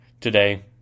today